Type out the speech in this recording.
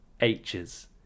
H's